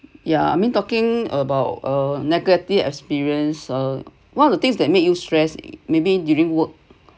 yeah I mean talking about uh negative experience uh one of the things that make you stress maybe during work